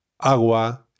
agua